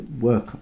work